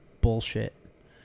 bullshit